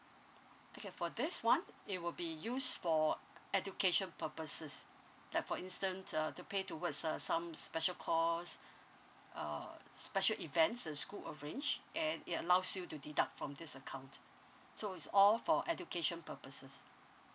okay for this one it will be used for education purposes like for instance err to pay towards a some special course uh special events thhe school arrange and it allows you to deduct from this account so is all for education purposes